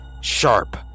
sharp